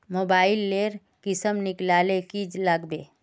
Mobile लेर किसम निकलाले की लागबे?